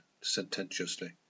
sententiously